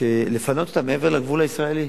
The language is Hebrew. לפנות אותם מעבר לגבול הישראלי.